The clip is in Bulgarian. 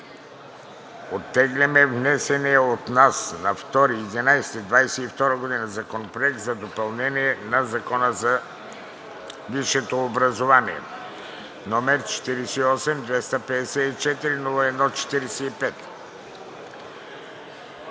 оттегляме внесения от нас на 2 ноември 2022 г. Законопроект за допълнение на Закона за висшето образование, № 48-254-01-45.